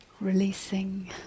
Releasing